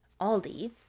Aldi